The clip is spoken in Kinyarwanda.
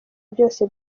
byose